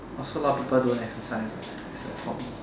also a lot of people don't exercise as a hobby